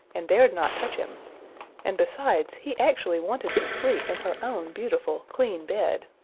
and dared not touch him and besides, he actually wanted to sleep in her own beautiful, clean bed.